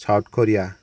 South Korea